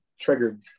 triggered